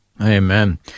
Amen